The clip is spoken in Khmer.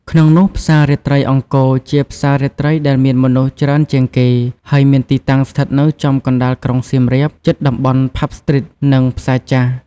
ក្នុងនោះផ្សាររាត្រីអង្គរជាផ្សាររាត្រីដែលមានមនុស្សច្រើនជាងគេ ហើយមានទីតាំងស្ថិតនៅចំកណ្តាលក្រុងសៀមរាប ជិតតំបន់ផាប់ស្ទ្រីត និងផ្សារចាស់។